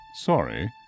Sorry